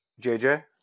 JJ